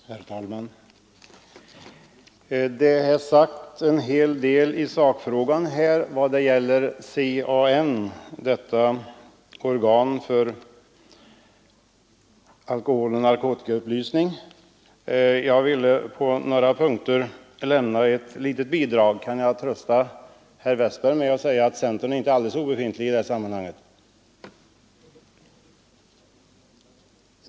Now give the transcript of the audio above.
Herr talman! Det har redovisats en hel del sakuppgifter om CAN, dvs. Centralförbundet för alkoholoch narkotikaupplysning, och jag vill på några punkter lämna ytterligare bidrag till dessa. Jag kan kanske också trösta herr Westberg i Ljusdal med att säga att centern inte är alldeles obefintlig i detta sammanhang.